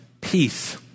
peace